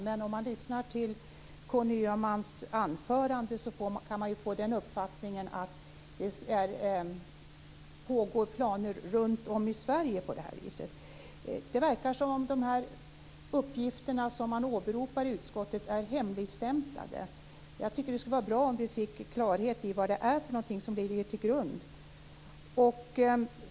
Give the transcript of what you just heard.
Men om man lyssnar på Conny Öhmans anförande kan man få uppfattningen att det finns planer på detta runtom i Det verkar som om de uppgifter som åberopas i utskottet är hemligstämplade. Jag tycker att det skulle vara bra om vi fick klarhet i vad det är som ligger till grund för detta.